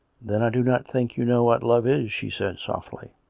then i do not think you know what love is, she said softly.